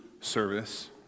service